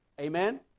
Amen